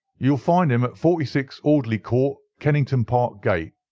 you will find him at forty six, audley court, kennington park gate.